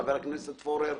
חבר כנסת פורר,